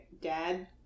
dad